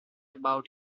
about